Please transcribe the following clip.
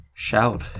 Shout